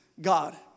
God